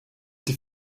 die